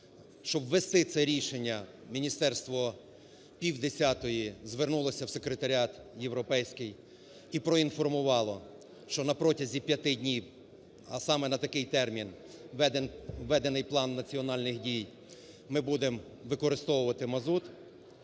Щоб ввести це рішення, міністерство в півдесятої звернулося у Секретаріат європейський і проінформувало, що на протязі 5 днів, а саме на такий термін введений План національних дій, ми будемо використовувати мазут.